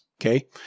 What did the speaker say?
okay